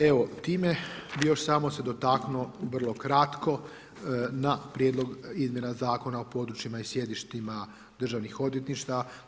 Evo time još samo sam se dotaknuo vrlo kratko na Prijedlog izmjena zakona o područjima i sjedištima državnih odvjetništava.